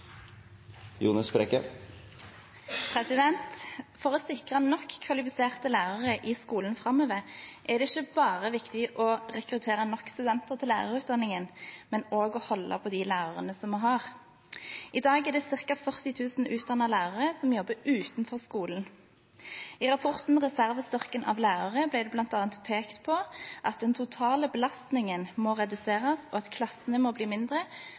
å sikre nok kvalifiserte lærere i skolen framover er det ikke bare viktig å rekruttere nok studenter til lærerutdanningen, men også å holde på de lærerne vi har. I dag er det ca. 40 000 utdannede lærere som jobber utenfor skolen. I rapporten ««Reservestyrken» av lærere» ble det bl.a. pekt på at den totale belastningen må reduseres, og at klassene må bli mindre,